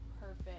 perfect